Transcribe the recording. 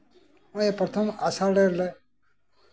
ᱱᱚᱜ ᱚᱭ ᱯᱨᱚᱛ ᱷᱚᱢ ᱟᱥᱟᱲ ᱨᱮᱞᱮ